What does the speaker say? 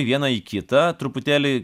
į vieną į kitą truputėlį